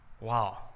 Wow